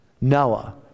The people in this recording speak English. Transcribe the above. Noah